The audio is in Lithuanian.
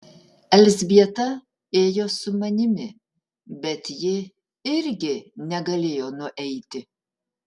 elzbieta ėjo su manimi bet ji irgi negalėjo nueiti